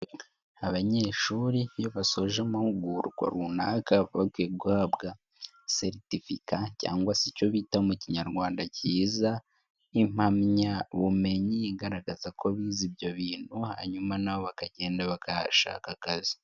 Abanyeshuri iyo basoje amahugurwa runaka baba bakwiye guhabwa certificat cyangwa se icyo bita mu Kinyarwanda kiza impamyabumenyi igaragaza ko bize ibyo bintu, hanyuma na bo bakagenda bakahashaka akazi.